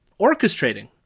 Orchestrating